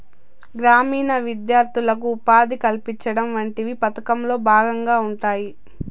గ్రామీణ విద్యార్థులకు ఉపాధి కల్పించడం వంటివి పథకంలో భాగంగా ఉంటాయి